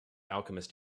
alchemist